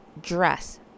dress